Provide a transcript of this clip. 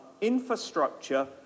infrastructure